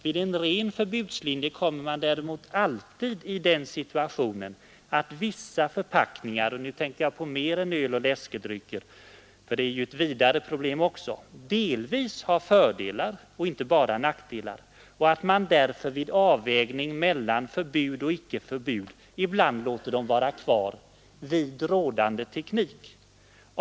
Vid en ren förbudslinje kommer man däremot alltid i den situationen, att vissa förpackningar — och nu tänker jag på mer än dem för öl och läskedrycker, för detta är ett vidare problem också — delvis har fördelar och delvis har nackdelar och att man därför vid avvägning mellan förbud och icke-förbud ibland låter förpackningarna vara kvar — vid rådande teknik.